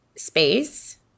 space